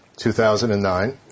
2009